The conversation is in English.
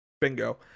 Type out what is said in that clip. Bingo